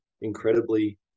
incredibly